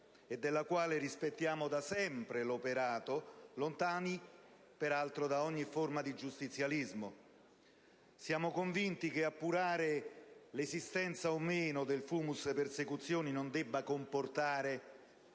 e di cui rispettiamo da sempre l'operato, lontani peraltro da ogni forma di giustizialismo. Siamo convinti che appurare l'esistenza o no del *fumus persecutionis* non debba comportare